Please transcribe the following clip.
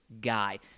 guy